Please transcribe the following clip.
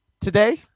Today